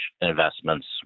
investments